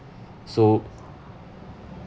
so